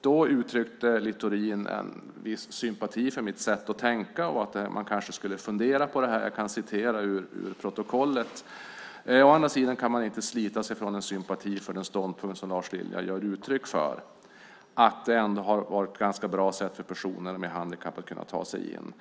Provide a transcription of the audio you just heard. då uttryckte Littorin en viss sympati för mitt sätt att tänka och att man kanske skulle fundera på detta. Jag kan citera ur protokollet: "Å andra sidan kan man inte slita sig från en sympati för den ståndpunkt som Lars Lilja ger uttryck för - att det här ändå har varit ett ganska bra sätt för personer med handikapp och liknande att kunna ta sig in.